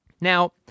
Now